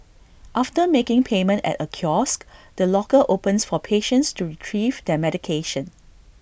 after making payment at A kiosk the locker opens for patients to Retrieve their medication